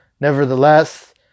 nevertheless